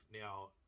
Now